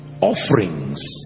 offerings